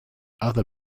other